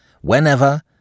whenever